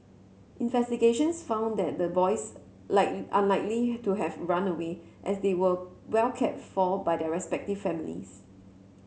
investigations found that the boys like unlikely to have run away as they were well cared for by their respective families